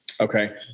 Okay